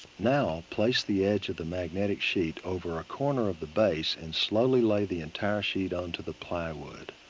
now, place the edge of the magnetic sheet over a corner of the base and slowly lay the entire sheet unto the plywood.